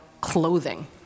clothing